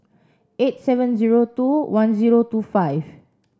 eight seven zero two one zero two five